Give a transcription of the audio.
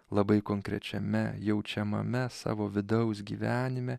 labai konkrečiame jaučiamame savo vidaus gyvenime